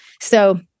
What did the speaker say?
So-